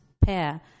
pair